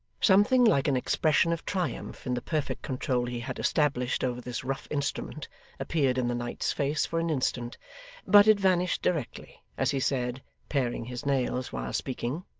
something like an expression of triumph in the perfect control he had established over this rough instrument appeared in the knight's face for an instant but it vanished directly, as he said paring his nails while speaking